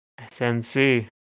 SNC